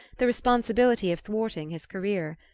the responsibility of thwarting his career.